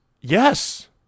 Yes